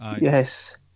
Yes